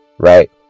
Right